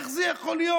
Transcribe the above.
איך זה יכול להיות?